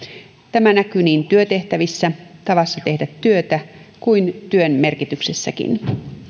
tämä näkyy niin työtehtävissä tavassa tehdä työtä kuin työn merkityksessäkin